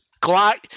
glide